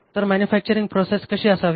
तर manufacturing process कशी असावी